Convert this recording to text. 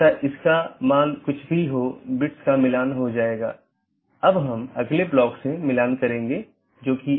यहाँ multi home AS के 2 या अधिक AS या उससे भी अधिक AS के ऑटॉनमस सिस्टम के कनेक्शन हैं